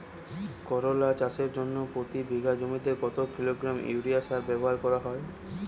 করলা চাষের জন্য প্রতি বিঘা জমিতে কত কিলোগ্রাম ইউরিয়া সার ব্যবহার করা হয়?